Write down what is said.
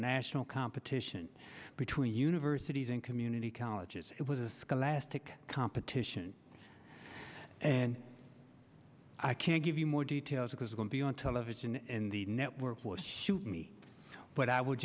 national competition between universities and community colleges it was a scholastic competition and i can't give you more details because it won't be on television and the network will shoot me but i w